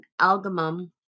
algamum